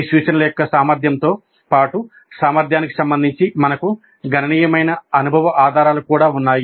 ఈ సూచనల యొక్క సామర్థ్యంతో పాటు సామర్థ్యానికి సంబంధించి మనకు గణనీయమైన అనుభవ ఆధారాలు కూడా ఉన్నాయి